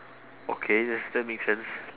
okay yes that makes sense